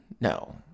No